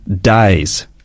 days